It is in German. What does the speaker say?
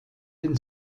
den